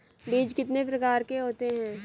बीज कितने प्रकार के होते हैं?